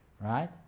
right